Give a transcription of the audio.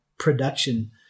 production